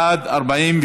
נכי רדיפות הנאצים (תיקון מס' 20)